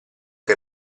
che